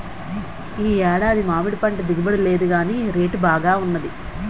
ఈ ఏడాది మామిడిపంట దిగుబడి లేదుగాని రేటు బాగా వున్నది